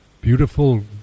beautiful